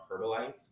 Herbalife